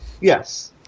Yes